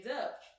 up